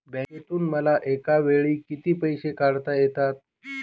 बँकेतून मला एकावेळी किती पैसे काढता येतात?